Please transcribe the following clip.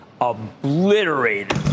obliterated